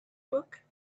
book